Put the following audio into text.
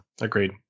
agreed